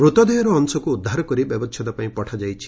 ମୂତଦେହର ଅଂଶକୁ ଉଦ୍ଧାର କରି ବ୍ୟବଛେଦ ପାଇଁ ପଠାଯାଇଛି